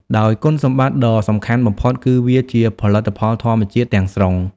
ដោយគុណសម្បត្តិដ៏សំខាន់បំផុតគឺវា ជាផលិតផលធម្មជាតិ ទាំងស្រុង។